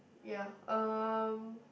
ya um